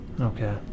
Okay